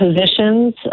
positions